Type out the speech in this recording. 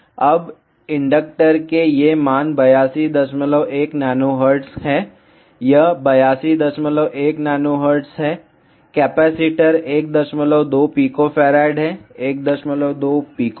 अब इंडक्टर के ये मान 821nH हैं यह 821nH है कैपेसिटर 12 pF है 12 pF